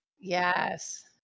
Yes